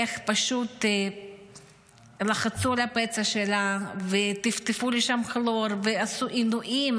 איך פשוט לחצו על הפצע שלה וטפטפו לשם כלור ועשו עינויים,